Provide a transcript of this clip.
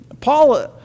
Paul